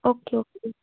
okay okay